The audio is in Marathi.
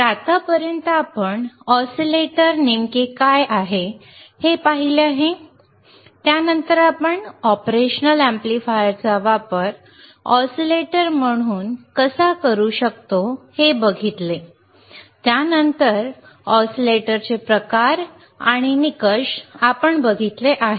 तर आत्तापर्यंत आपण ऑसीलेटर नेमके काय आहेत हे पाहिले आहे त्यानंतर आपण ऑपरेशनल अॅम्प्लीफायरचा वापर ऑसीलेटर म्हणून कसा करू शकतो हे पाहिले आहे त्यानंतर आपण ऑसिलेटरचे प्रकार आणि निकष पाहिले आहेत